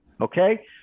okay